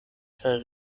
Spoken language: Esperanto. kaj